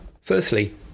Firstly